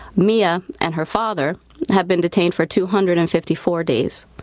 mia and her father have been detained for two hundred and fifty four days.